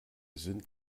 sind